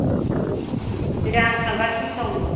दे आं थांगासिनो दं